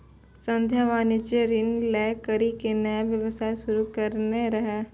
संध्या वाणिज्यिक ऋण लै करि के नया व्यवसाय शुरू करने रहै